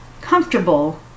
Comfortable